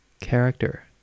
character